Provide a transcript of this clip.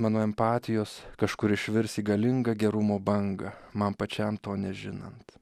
mano empatijos kažkur išvirs į galingą gerumo bangą man pačiam to nežinant